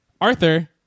Arthur